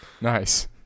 Nice